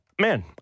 man